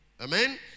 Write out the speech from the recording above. Amen